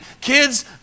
kids